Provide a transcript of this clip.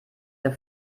der